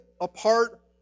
apart